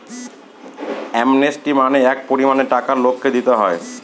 amnesty মানে এক পরিমানের টাকা লোককে দিতে হয়